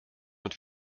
und